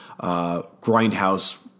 Grindhouse